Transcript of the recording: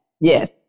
yes